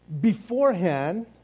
beforehand